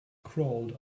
crawled